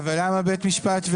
ולמה בית משפט,